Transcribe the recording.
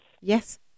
Yes